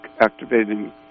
activating